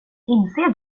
inser